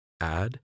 add